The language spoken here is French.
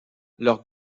leurs